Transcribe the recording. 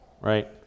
right